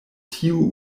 tiu